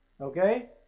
okay